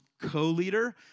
co-leader